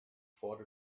for